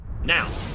Now